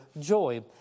joy